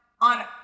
on